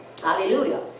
Hallelujah